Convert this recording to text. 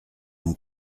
mon